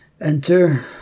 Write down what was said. Enter